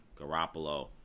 garoppolo